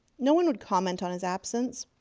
no one would comment on his absence,